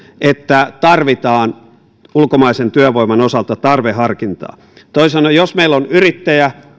että tarvitaan ulkomaisen työvoiman osalta tarveharkintaa toisin sanoen jos meillä on yrittäjä